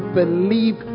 believe